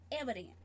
evidence